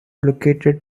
located